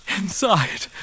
inside